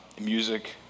music